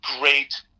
great